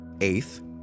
Eighth